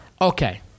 Okay